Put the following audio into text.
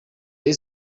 reyo